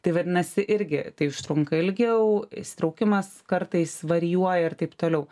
tai vadinasi irgi tai užtrunka ilgiau įsitraukimas kartais varijuoja ir taip toliau